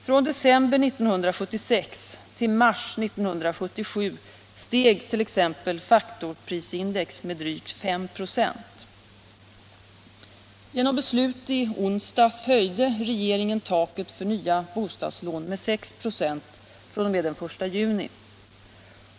Från december 1976 till mars 1977 steg t.ex. faktorprisindex med drygt 5 26. Genom beslut i onsdags höjde regeringen taket för nya bostadslån med 6 96 fr.o.m. den 1 juni.